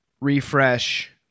refresh